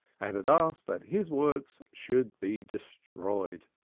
and had asked that his works should be destroyed.